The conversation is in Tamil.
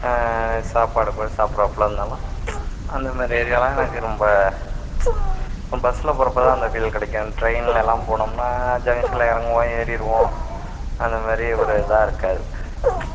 சாப்பாடு அப்பவே சாப்பிட்றாப்ல இருந்தாலும் அந்த மாதிரி ஏரியாலாம் எனக்கு ரொம்ப பஸ்ஸில் போகிறப்ப தான் அந்த ஃபீல் கிடைக்கும் டிரெய்ன்லெல்லாம் போனோம்னால் ஜங்ஷனில் இறங்குவோம் ஏறிடுவோம் அந்த மாதிரி ஒரு இதாக இருக்காது